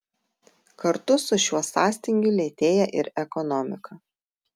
kartu su šiuo sąstingiu lėtėja ir ekonomika